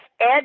ed